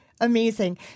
amazing